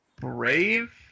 Brave